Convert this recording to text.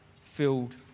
filled